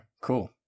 cool